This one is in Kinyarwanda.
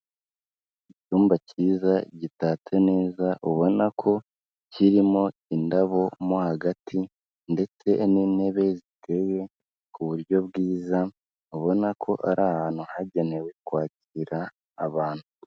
Icyumba kiza gitatse neza ubona ko kirimo indabo mo hagati ndetse n'intebe ziteye ku buryo bwiza ubona ko ari ahantu hagenewe kwakira abantu.